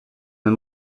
när